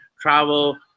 travel